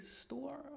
Store